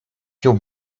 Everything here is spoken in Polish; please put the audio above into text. się